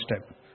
step